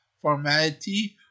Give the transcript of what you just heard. formality